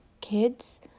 kids